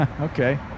Okay